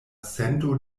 sento